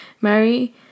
Mary